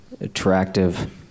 attractive